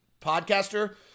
podcaster